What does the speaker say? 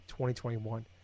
2021